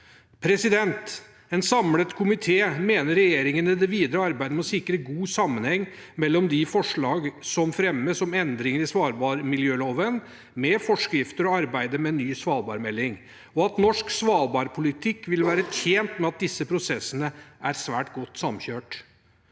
Svalbard. En samlet komité mener regjeringen i det videre arbeidet må sikre god sammenheng mellom de forslagene som fremmes om endringer i svalbardmiljøloven med forskrifter, og arbeidet med ny svalbardmelding, og at norsk svalbardpolitikk vil være tjent med at disse prosessene er svært godt samkjørt.